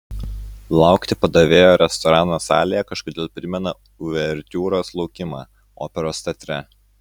laukti padavėjo restorano salėje kažkodėl primena uvertiūros laukimą operos teatre